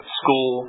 school